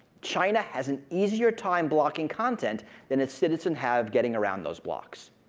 china has an easier time blocking content than its citizen have getting around those blocks.